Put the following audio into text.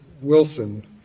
Wilson